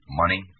money